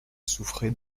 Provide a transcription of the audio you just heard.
souffrait